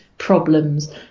Problems